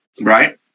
Right